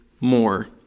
more